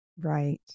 Right